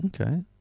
okay